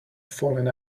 falling